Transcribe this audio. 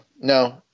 No